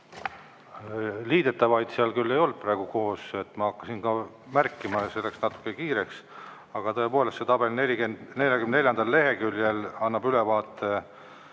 Liidetavaid seal küll ei olnud praegu koos, ma hakkasin ka märkima ja see läks natuke kiireks. Aga tõepoolest, see tabel 44. leheküljel annab ülevaate